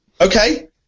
okay